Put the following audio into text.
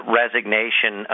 resignation